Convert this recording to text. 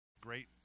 great